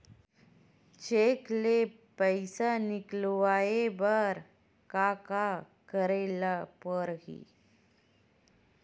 Cheque ले पईसा निकलवाय बर का का करे ल पड़हि?